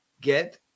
Get